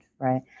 Right